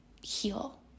heal